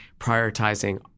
prioritizing